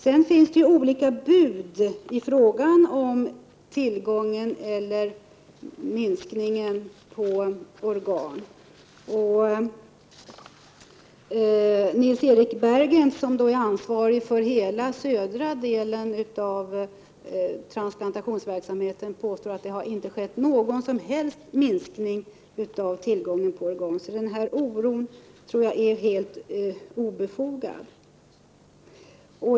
Det finns olika bud i fråga om minskningen av tillgången på organ. Sven-Erik Bergentz, som är ansvarig för transplantationsverksamheten i hela södra delen av landet, påstår att det inte har skett någon som helst minskning av tillgången på organ. Den oron tror jag alltså är helt obefogad.